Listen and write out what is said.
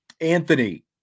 anthony